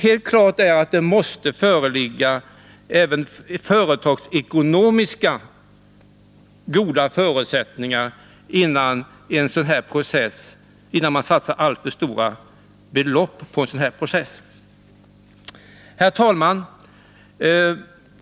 Helt klart måste det föreligga även företagsekonomiskt goda förutsättningar, innan man satsar alltför stora belopp på en sådan här process. Herr talman!